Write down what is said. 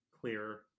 clearer